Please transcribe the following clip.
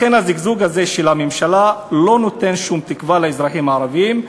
לכן הזיגזוג הזה של הממשלה לא נותן שום תקווה לאזרחים הערבים,